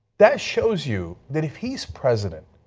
that shows you that if he's president,